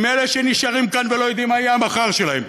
עם אלה שנשארים כאן ולא יודעים מה יהיה המחר שלהם?